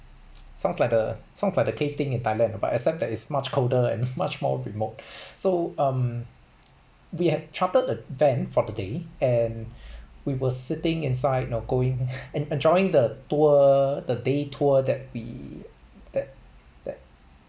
sounds like the sounds like the cave thing in thailand but except that it's much colder and much more remote so um we have chartered the van for the day and we were sitting inside you know going and enjoying the tour the day tour that we that that